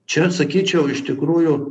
čia sakyčiau iš tikrųjų